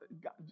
God